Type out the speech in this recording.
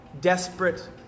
desperate